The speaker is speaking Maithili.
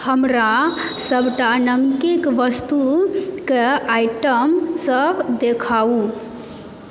हमरा सबटा नमकेक वस्तुक आइटम सब देखाउ